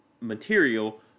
material